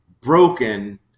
broken